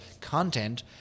content